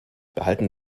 behalten